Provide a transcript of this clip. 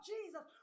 Jesus